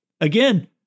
again